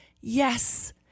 yes